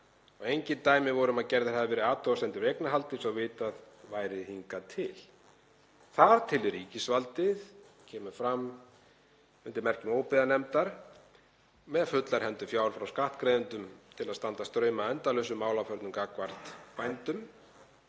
og engin dæmi voru um að gerðar hefðu verið athugasemdir við eignarhaldið svo vitað væri þangað til þar til ríkisvaldið kemur fram undir merkjum óbyggðanefndar með fullar hendur fjár frá skattgreiðendum til að standa straum af endalausum málaferlum gagnvart bændum